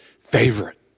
favorite